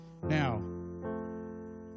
now